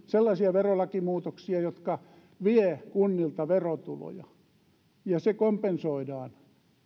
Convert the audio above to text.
sellaisia verolakimuutoksia jotka vievät kunnilta verotuloja ja se kompensoidaan